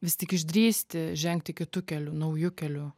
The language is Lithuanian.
vis tik išdrįsti žengti kitu keliu nauju keliu